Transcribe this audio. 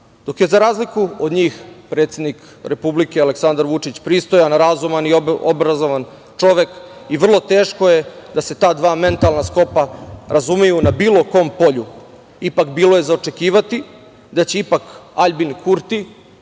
dok je za razliku od njih predsednik Republike Aleksandar Vučić pristojan, razuman i obrazovan čovek i vrlo teško je da se ta dva mentalna sklopa razumeju na bilo kom polju, ipak bilo je za očekivati da će ipak Aljbin Kurti,